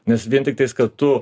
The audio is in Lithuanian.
nes vien tiktais kad tu